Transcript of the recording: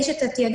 יש את התעדוף,